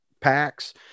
packs